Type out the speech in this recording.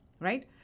right